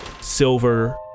silver